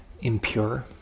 impure